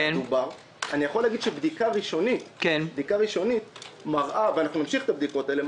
אני יכול להגיד שבדיקה ראשונית ואנחנו נמשיך את הבדיקות האלה,